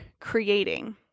creating